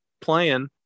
playing